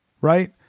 Right